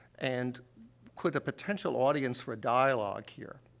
and could the potential audience for a dialogue here,